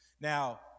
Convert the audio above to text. Now